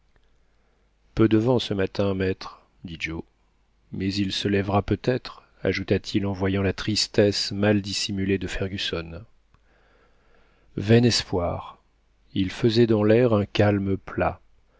peu de vent ce matin maître dit joe mais il se lèvera peut-être ajouta-t-il en voyant la tristesse mal dissimulée de fergusson vain espoir il faisait dans l'air un calme plat